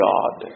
God